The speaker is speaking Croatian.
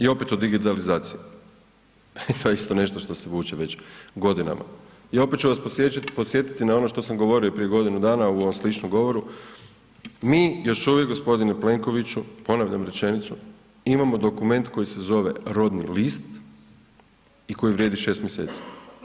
I opet o digitalizaciji, to je isto nešto što se vuče već godinama i opet ću vas podsjetiti na ono što sam govorio i prije godinu dana u ovom sličnom govoru, mi još uvijek g. Plenkoviću, ponavljam rečenicu, imamo dokument koji se zove rodni list i koji vrijedi 6. mjeseci.